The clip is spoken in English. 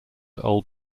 old